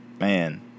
Man